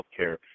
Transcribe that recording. healthcare